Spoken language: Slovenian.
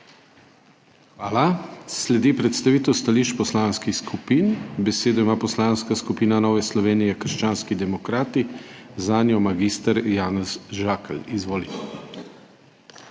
Hvala. Sledi predstavitev stališč poslanskih skupin. Besedo ima Poslanska skupina Nova Slovenija – krščanski demokrati, zanjo mag. Janez Žakelj. Izvoli.